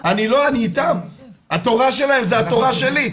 אני איתם, התורה שלהם היא התורה שלי.